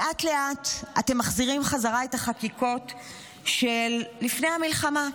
לאט-לאט אתם מחזירים בחזרה את החקיקות של לפני המלחמה.